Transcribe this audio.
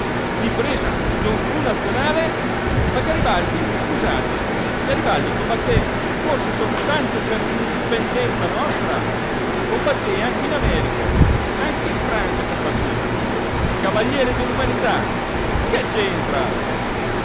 l'impresa non fu nazionale ma garibaldi scusate garibaldi combatté forse soltanto per l'indipendenza nostra combatté anche in america anche in francia combatté cavaliere dell'umanità che